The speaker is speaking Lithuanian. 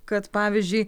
kad pavyzdžiui